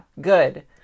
good